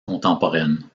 contemporaine